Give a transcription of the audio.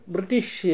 British